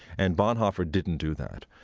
and bonhoeffer didn't do that.